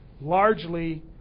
largely